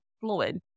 fluid